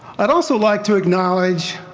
i would also like to acknowledge